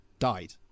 died